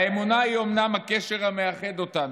האמונה היא אומנם הקשר המאחד אותנו,